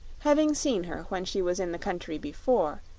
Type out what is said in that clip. having seen her when she was in the country before,